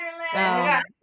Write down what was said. wonderland